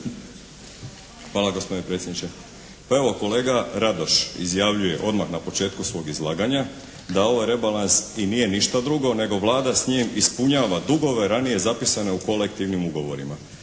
Hvala gospodine predsjedniče. Pa evo kolega Radoš izjavljuje odmah na početku svog izlaganja da ovaj rebalans i nije ništa drugo nego Vlada s njim ispunjava dugove ranije zapisane u kolektivnim ugovorima.